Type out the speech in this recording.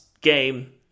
game